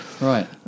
Right